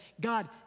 God